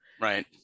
right